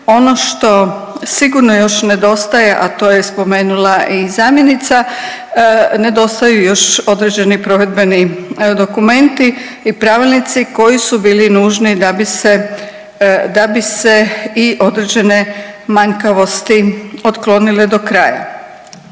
ono što sigurno još nedostaje, a to je spomenula i zamjenica nedostaju još određeni provedbeni dokumenti i pravilnici koji su bili nužni da bi se i određene manjkavosti otklonile do kraja.